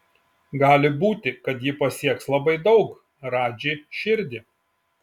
gali būti kad ji pasieks labai daug radži širdį